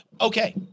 Okay